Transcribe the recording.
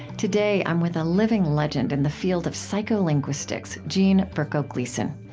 today, i'm with a living legend in the field of psycholinguistics, jean berko gleason.